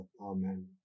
Amen